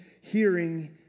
hearing